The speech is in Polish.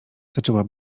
zaczęła